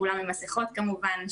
כולם עם מסכות כמובן.